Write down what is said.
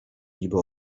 niby